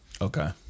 Okay